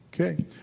Okay